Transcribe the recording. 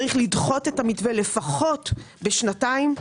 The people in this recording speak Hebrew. צריך לדחות את המתווה לפחות בשנתיים.